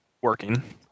working